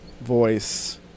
voice